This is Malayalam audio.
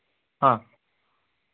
ആ